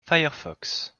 firefox